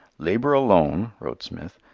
labor alone, wrote smith,